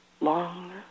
long